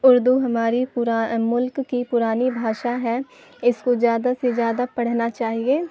اردو ہماری پرا ملک کی پرانی بھاشا ہے اس کو جیادہ سے زیادہ پڑھنا چاہیے